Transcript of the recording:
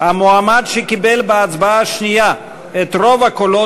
המועמד שקיבל בהצבעה השנייה את רוב הקולות